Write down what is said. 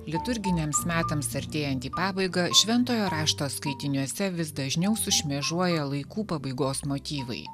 liturginiams metams artėjant į pabaigą šventojo rašto skaitiniuose vis dažniau sušmėžuoja laikų pabaigos motyvai